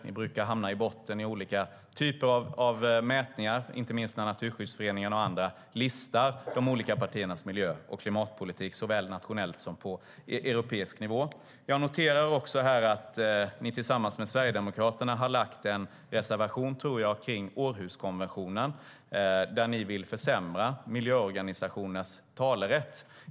Ni brukar hamna i botten i olika typer av mätningar, inte minst när Naturskyddsföreningen och andra listar de olika partiernas miljö och klimatpolitik på såväl nationell som europeisk nivå. Jag noterar också att ni tillsammans med Sverigedemokraterna har lämnat en reservation, tror jag, om Århuskonventionen. Ni vill försämra miljöorganisationernas talerätt.